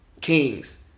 kings